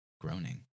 groaning